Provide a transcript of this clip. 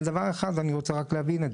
אבל רק דבר אני רוצה להבין,